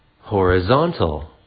Horizontal